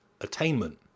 attainment